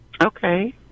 Okay